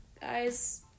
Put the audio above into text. Guys